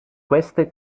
queste